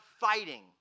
fighting